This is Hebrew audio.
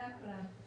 זה הכלל.